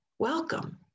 welcome